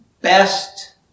best